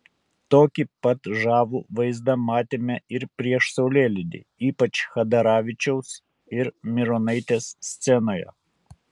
tokį pat žavų vaizdą matėme ir prieš saulėlydį ypač chadaravičiaus ir mironaitės scenoje